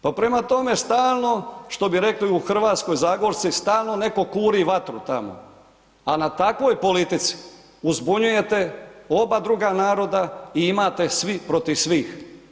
Pa prema tome, stalno, što bi rekli u RH Zagorci, stalno netko kuri vatru tamo, a na takvoj politici, uzbunjujete oba druga naroda i imate svi protiv svih.